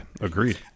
agreed